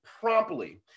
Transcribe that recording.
promptly